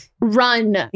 run